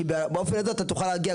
כי באופן הזה אתה תוכל להגיע,